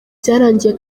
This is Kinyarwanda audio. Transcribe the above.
byarangiye